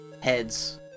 heads